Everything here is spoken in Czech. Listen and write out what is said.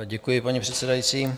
Děkuji, paní předsedající.